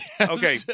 Okay